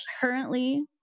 currently